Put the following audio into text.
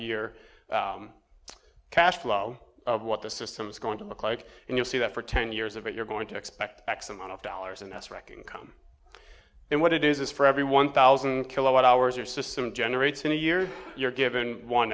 year cash flow of what the system is going to look like and you'll see that for ten years of it you're going to expect x amount of dollars and that's wrecking come and what it is is for every one thousand kilowatt hours or system generates in a year you're given one